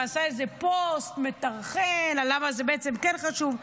ועשה איזה פוסט מטרחן על למה זה בעצם כן חשוב.